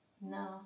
No